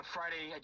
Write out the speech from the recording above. Friday